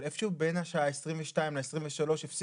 אבל איפה שהוא בין השעה 22 ל-23 הפסיקו